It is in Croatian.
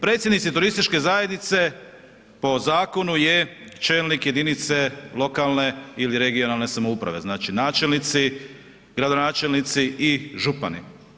Predsjednici turističke zajednice po zakonu je čelnik jedinice lokalne ili regionalne samouprave, znači načelnici, gradonačelnici i župani.